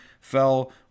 fell